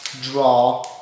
draw